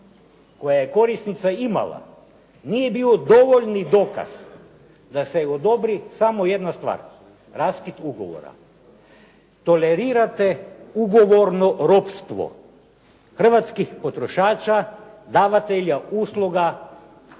koje je korisnica imala, nije bio dovoljni dokaz da joj se odobri samo jedna stvar, raskid ugovora. Tolerirate ugovorno ropstvo hrvatskih potrošača, davatelja usluga